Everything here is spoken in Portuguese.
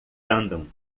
andam